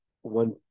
one